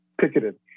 picketed